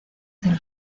del